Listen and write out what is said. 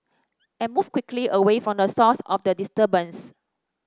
and move quickly away from the source of the disturbance